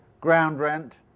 ground-rent